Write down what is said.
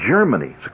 germany